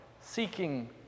seeking